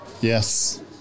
yes